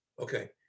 Okay